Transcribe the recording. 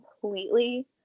completely